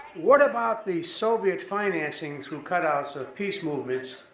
what about the soviet financing through cutouts of peace movement,